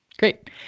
Great